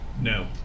no